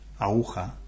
aguja